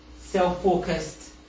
self-focused